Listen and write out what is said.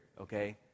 okay